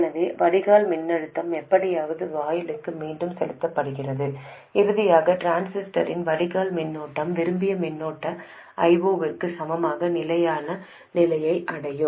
எனவே வடிகால் மின்னழுத்தம் எப்படியாவது வாயிலுக்கு மீண்டும் செலுத்தப்படுகிறது இறுதியாக டிரான்சிஸ்டரின் வடிகால் மின்னோட்டம் விரும்பிய மின்னோட்ட I0 க்கு சமமான நிலையான நிலையை அடையும்